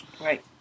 Right